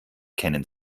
kennen